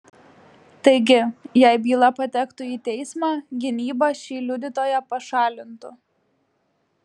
taigi jei byla patektų į teismą gynyba šį liudytoją pašalintų